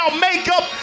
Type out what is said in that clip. makeup